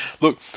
Look